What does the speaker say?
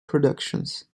productions